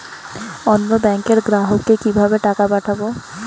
অন্য ব্যাংকের গ্রাহককে কিভাবে টাকা পাঠাবো?